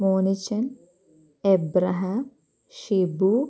Monachan Abraham Shibu